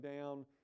down